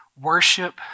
worship